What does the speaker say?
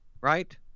Right